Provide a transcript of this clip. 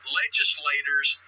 legislators